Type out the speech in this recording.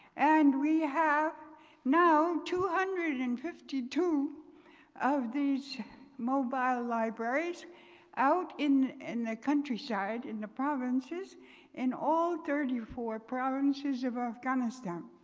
and we have now two hundred and fifty two of these mobile libraries out in in the countryside, in the provinces and all thirty four provinces of ah afghanistan.